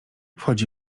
wchodzi